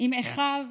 עם אחיו,